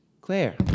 Claire